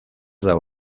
dago